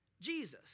Jesus